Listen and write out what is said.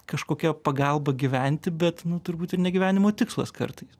kažkokia pagalba gyventi bet nu turbūt ir ne gyvenimo tikslas kartais